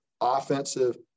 offensive